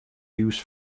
used